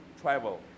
travel